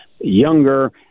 younger